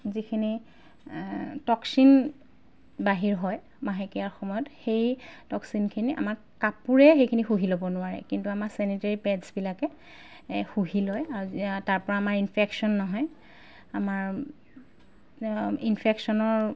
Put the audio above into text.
যিখিনি টক্সিন বাহিৰ হয় মাহেকীয়াৰ সময়ত সেই টক্সিনখিনি আমাৰ কাপোৰে সেইখিনি শুহি ল'ব নোৱাৰে কিন্তু আমাৰ চেনিটেৰি পেডছবিলাকে এই শুহি লয় আৰু তাৰপৰা আমাৰ ইনফেকশ্যন নহয় আমাৰ ইনফেকশ্যনৰ